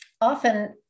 Often